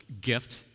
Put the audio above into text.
gift